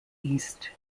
east